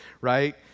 right